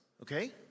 Okay